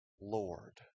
Lord